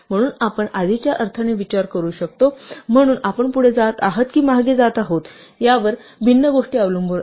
म्हणून आपण आधीच्या अर्थाने विचार करू शकता म्हणजे आपण पुढे जात आहात की मागे जात आहात यावर भिन्न गोष्टी अवलंबून आहेत